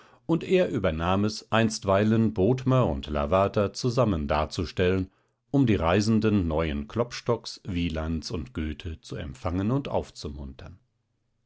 und er übernahm es einstweilen bodmer und lavater zusammen darzustellen um die reisenden neuen klopstocks wieland und goethe zu empfangen und aufzumuntern